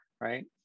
right